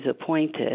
appointed